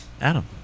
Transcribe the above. Adam